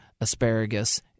asparagus